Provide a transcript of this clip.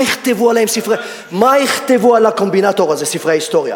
מה יכתבו על הקומבינטור הזה ספרי ההיסטוריה?